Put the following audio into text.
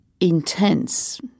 intense